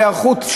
וההיערכות,